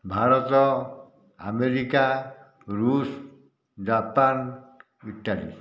Bharat America ଋଷ ରୁଷ୍ Japan Italy